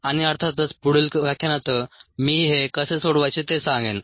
आणि अर्थातच पुढील व्याख्यानात मी हे कसे सोडवायचे ते सांगेन